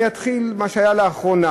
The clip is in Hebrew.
אני אתחיל ממה שהיה לאחרונה.